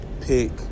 pick